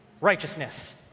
righteousness